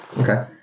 Okay